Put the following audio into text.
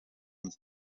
njye